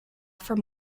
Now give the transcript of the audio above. for